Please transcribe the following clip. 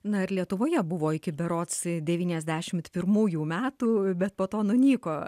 na ir lietuvoje buvo iki berods devyniasdešimt pirmųjų metų bet po to nunyko